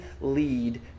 lead